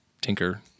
tinker